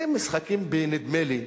זה משחקים בנדמה לי.